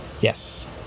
Yes